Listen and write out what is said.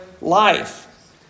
life